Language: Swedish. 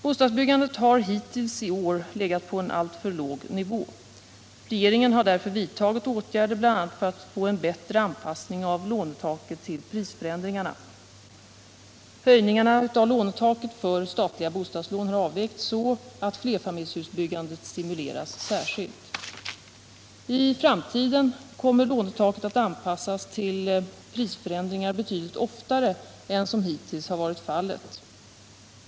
Bostadsbyggandet har hittills i år legat på en alltför låg nivå. Regeringen har därför vidtagit åtgärder bl.a. för att få en bättre anpassning av lånetaket till prisförändringarna. Höjningarna av lånetaket för statliga bostadslån har avvägts så att flerfamiljshusbyggandet stimuleras särskilt. I framtiden kommer lånetaket att anpassas till prisförändringar betydligt oftare än som hittills har varit fallet.